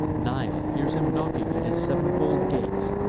nile hears him knocking at his sev'nfold gates,